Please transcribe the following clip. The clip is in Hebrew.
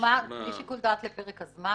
בלי שיקול דעת לפרק הזמן?